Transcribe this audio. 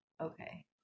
Okay